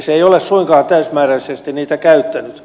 se ei ole suinkaan täysimääräisesti niitä käyttänyt